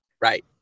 right